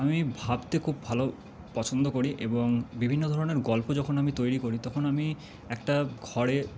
আমি ভাবতে খুব ভালো পছন্দ করি এবং বিভিন্ন ধরনের গল্প যখন আমি তৈরি করি তখন আমি একটা ঘরে